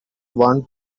want